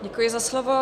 Děkuji za slovo.